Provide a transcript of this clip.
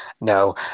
no